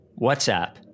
WhatsApp